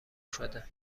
شده